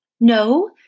No